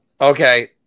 Okay